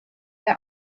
der